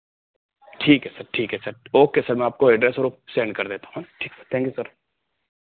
ठीक है सर ठीक है सर ओके सर मैं आपको एड्रेस और सेंड कर देता हूँ हाँ ठीक सर थैंक यू सर